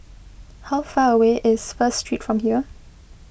how far away is First Street from here